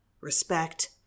respect